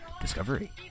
Discovery